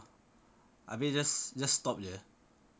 habis just stop jer